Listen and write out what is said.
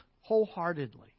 wholeheartedly